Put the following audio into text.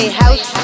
house